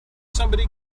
somebody